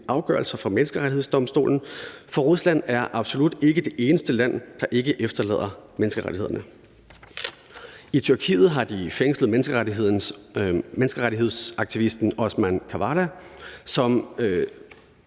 afgørelser fra Menneskerettighedsdomstolen, for Rusland er absolut ikke det eneste land, der ikke efterlever menneskerettighederne. I Tyrkiet har de fængslet menneskerettighedsaktivisten Osman Kavala, som